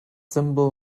symbol